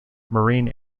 marine